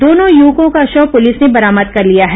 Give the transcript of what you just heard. दोनों युवकों का शव पुलिस ने बरामद कर लिया है